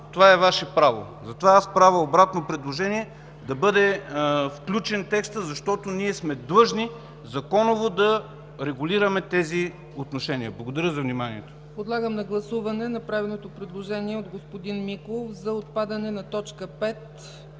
това е Ваше право. Правя обратно предложение – да бъде включен текстът, защото сме длъжни законово да регулираме тези отношения. Благодаря за вниманието.